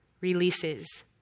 releases